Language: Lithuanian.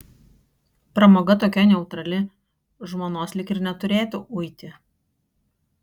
pramoga tokia neutrali žmonos lyg ir neturėtų uiti